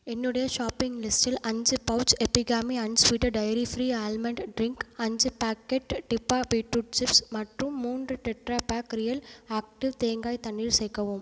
என்னுடைய ஷாப்பிங் லிஸ்டில் அஞ்சு pouch Epigamia unsweetened dairy free almond drink அஞ்சு பேக்கெட் டிபா பீட்ரூட் சிப்ஸ் மற்றும் மூன்று டெட்ராபேக் ரியல் ஆக்டிவ் தேங்காய் தண்ணீர் சேர்க்கவும்